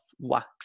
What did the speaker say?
wax